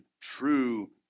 true